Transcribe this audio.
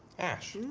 ash.